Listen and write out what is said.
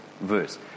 verse